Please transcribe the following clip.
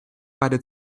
beider